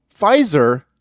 Pfizer